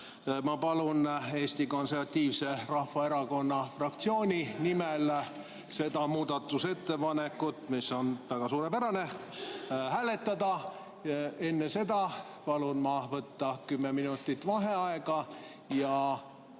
Ma palun Eesti Konservatiivse Rahvaerakonna fraktsiooni nimel seda muudatusettepanekut, mis on väga suurepärane, hääletada. Enne seda palun ma võtta kümme minutit vaheaega, ja